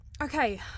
Okay